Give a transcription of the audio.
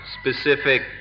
specific